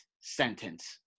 sentence